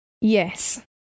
Yes